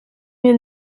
mir